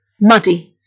muddy